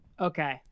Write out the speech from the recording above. Okay